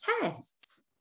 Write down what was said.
tests